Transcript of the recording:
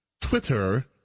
Twitter